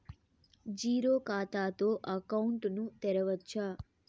Zero ఖాతా తో account ను తెరవచ్చా?